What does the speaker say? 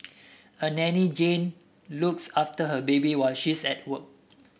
a nanny Jane looks after her baby while she's at work